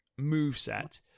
moveset